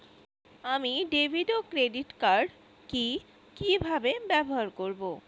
আমি ডেভিড ও ক্রেডিট কার্ড কি কিভাবে ব্যবহার করব?